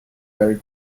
very